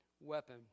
weapon